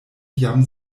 jam